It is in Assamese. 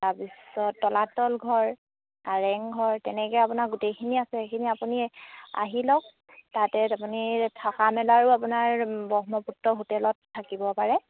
তাৰপিছত তলাতল ঘৰ কাৰেংঘৰ তেনেকৈ আপোনাৰ গোটেইখিনি আছে সেইখিনি আপুনি আহি লওক তাতে আপুনি থকা মেলাৰো আপোনাৰ বহ্মপুত্ৰ হোটেলত থাকিব পাৰে